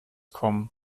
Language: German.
kommen